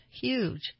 huge